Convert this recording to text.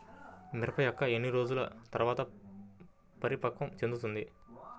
మిరప మొక్క ఎన్ని రోజుల తర్వాత పరిపక్వం చెందుతుంది?